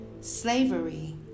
Slavery